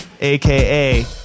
aka